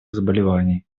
заболеваний